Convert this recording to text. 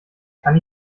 kann